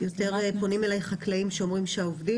יותר פונים אליי חקלאים שאומרים שהעובדים